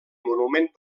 monument